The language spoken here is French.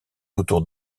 autour